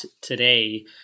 today